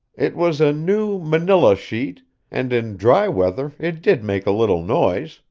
it was a new manilla sheet and in dry weather it did make a little noise,